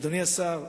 אדוני השר,